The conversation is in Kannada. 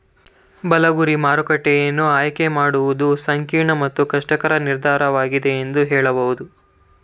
ಬಲ ಗುರಿ ಮಾರುಕಟ್ಟೆಯನ್ನ ಆಯ್ಕೆ ಮಾಡುವುದು ಸಂಕೀರ್ಣ ಮತ್ತು ಕಷ್ಟಕರ ನಿರ್ಧಾರವಾಗಿದೆ ಎಂದು ಹೇಳಬಹುದು